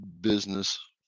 business